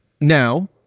now